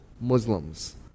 Muslims